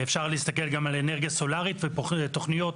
אפשר להסתכל גם על אנרגיה סולרית ועל המון תוכניות